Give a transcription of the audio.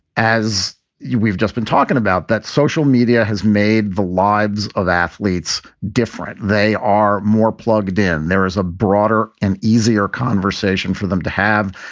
as we've just been talking about, that social media has made the lives of athletes different. they are more plugged in. there is a broader and easier conversation for them to have.